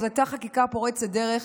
זו הייתה חקיקה פורצת דרך,